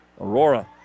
Aurora